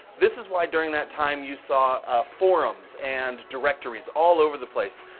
this is why during that time you saw ah forums and directories all over the place.